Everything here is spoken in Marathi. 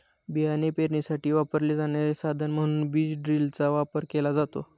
बियाणे पेरणीसाठी वापरले जाणारे साधन म्हणून बीज ड्रिलचा वापर केला जातो